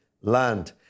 land